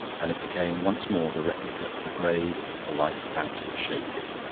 and it became once more the replica of the grave, polite hat which shaded it.